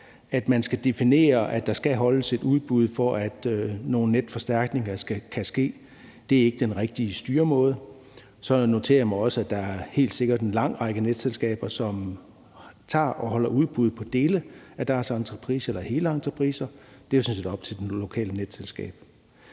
at man skal definere, at der skal holdes et udbud, for at nogle netforstærkninger kan ske, er ikke den rigtige styremåde. Så noterer jeg mig også, at der helt sikkert er en lang række netselskaber, som tager og holder udbud på dele af deres entrepriser eller helentrepriser. Det er jo sådan set op til det lokale netselskab.